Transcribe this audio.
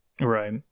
Right